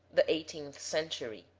the eighth century